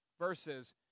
verses